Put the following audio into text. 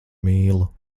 mīlu